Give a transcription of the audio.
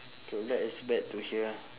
K that is bad to hear ah